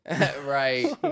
Right